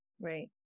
Right